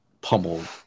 pummeled